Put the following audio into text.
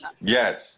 Yes